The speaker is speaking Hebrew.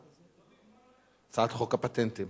הצעת חוק הפטנטים.